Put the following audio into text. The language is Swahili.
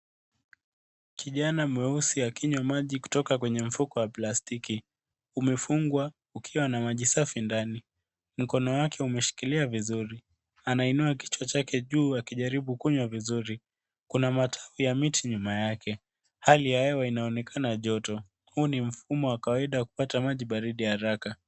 Kijana mweusi akinywa maji kutoka kwenye mfuko wa plastiki. Umefungwa ukiwa na maji safi ndani. Mkono wake umeshikilia vizuri. Anainua kichwa chake juu akijaribu kunywa vizuri. Kuna matawi ya miti nyuma yake. Hali ya hewa inaonekana joto. Huu ni mfumo wa kawaida wa kupata maji baridi haraka.